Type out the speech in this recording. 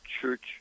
church